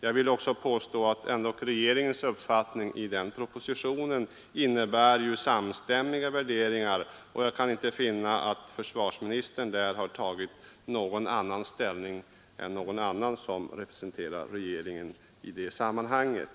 Jag vill också påstå att regeringens uppfattning i den propositionen innebär samstämmiga värderingar, och jag kan inte finna att försvarsministern där tagit någon annan ställning än andra som representerar regeringen i det sammanhanget.